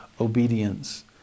obedience